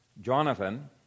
Jonathan